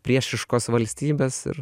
priešiškos valstybės ir